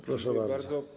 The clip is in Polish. Proszę bardzo.